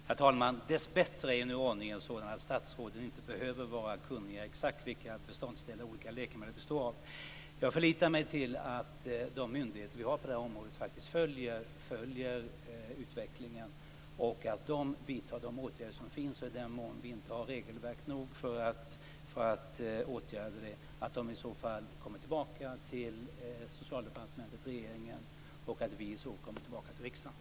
Herr talman! Dess bättre är nu ordningen sådan att statsråden inte behöver vara kunniga i exakt vilka beståndsdelar olika läkemedel består av. Jag förlitar mig på att de myndigheter vi har på det här området faktiskt följer utvecklingen och att de vidtar de åtgärder som finns. I den mån vi inte har regelverk nog för att åtgärda det förlitar jag mig på att de i så fall kommer tillbaka till Socialdepartementet och regeringen och att vi så kommer tillbaka till riksdagen.